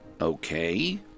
Okay